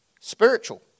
Spiritual